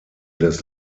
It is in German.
des